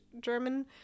German